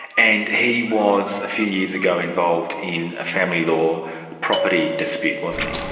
and he was a few years ago involved in a family law property dispute, wasn't he?